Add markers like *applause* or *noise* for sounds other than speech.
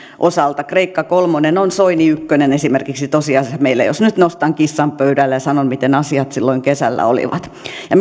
osalta kreikka kolmonen on soini ykkönen esimerkiksi tosiasiassa meillä jos nyt nostan kissan pöydälle ja sanon miten asiat silloin kesällä olivat ja *unintelligible*